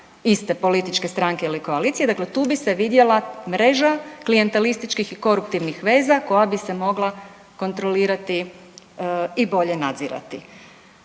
iste političke stranke ili koalicije, dakle tu bi se vidjela mreža klijentelističkih i koruptivnih veza koja bi se mogla kontrolirati i bolje nadzirati.